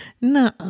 No